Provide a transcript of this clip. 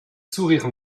sourires